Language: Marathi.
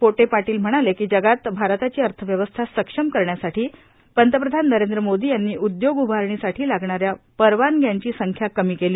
पोटे पाटील म्हणाले की जगात आरताची अर्थव्यवस्था सक्षम करण्यासाठी पंतप्रधान नरेंद्र मोदी यांनी उदयोग उभारणी साठी लागणाऱ्या परवानग्यांची संख्या कमी केली